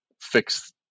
fix